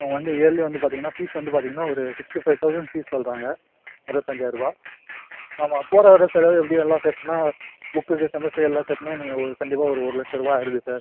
அவங்க வந்து இயர்லி வந்து பார்த்திங்கன்னா ஃபீஸ் வந்து பார்த்திங்கன்னா ஒரு சிக்ஸ்டி ஃபைவ் தௌசண்ட் ஃபீஸ் சொல்லுறாங்க அறுபத்தஞ்சாயர்ரூவா ஆமாம் போகற வர செலவு எப்படியும் எல்லாம் சேர்த்தோன்னா புக்குக்கு செமஸ்டர் எல்லாம் சேர்த்தோன்னா எனக்கு ஒரு கண்டிப்பாக ஒரு ஒரு லட்சரூவா ஆயிடுது சார்